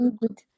good